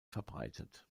verbreitet